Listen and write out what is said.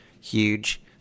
huge